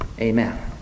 Amen